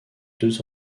deux